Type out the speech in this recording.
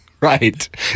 Right